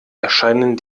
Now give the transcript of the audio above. erscheinen